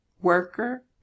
worker